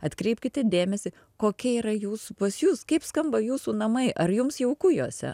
atkreipkite dėmesį kokie yra jūs pas jus kaip skamba jūsų namai ar jums jauku juose